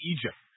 Egypt